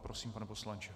Prosím, pane poslanče.